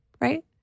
right